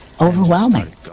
overwhelming